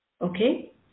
Okay